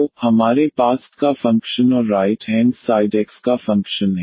तो हमारे पास y का फ़ंक्शन और राइट हेंड साइड x का फ़ंक्शन है